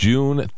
June